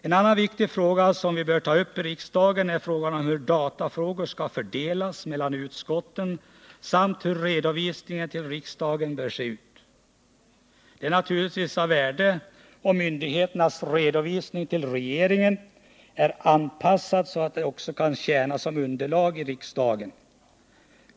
En annan viktig fråga som vi bör ta upp i riksdagen gäller hur datafrågor skall fördelas mellan utskotten samt hur redovisningen till riksdagen skall se ut. Det är naturligtvis av värde om myndigheternas redovisning till regeringen är anpassad så att den också kan tjäna som underlag i riksdagen.